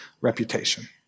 reputation